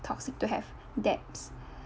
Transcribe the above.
toxic to have debts